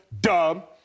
dub